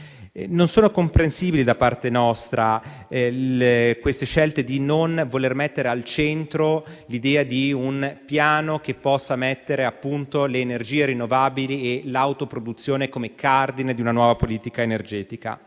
Non è comprensibile, da parte nostra, la scelta di non mettere al centro l'idea di un piano per le energie rinnovabili e l'autoproduzione come cardine di una nuova politica energetica.